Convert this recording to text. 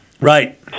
right